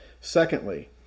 Secondly